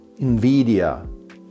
NVIDIA